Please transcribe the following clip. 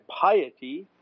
piety